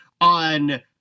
on